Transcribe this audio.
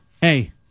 Hey